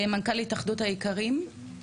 מנכ"ל התאחדות האיכרים,